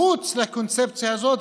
מחוץ לקונספציה הזאת.